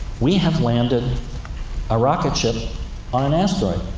we have landed a rocket ship on an asteroid.